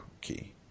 key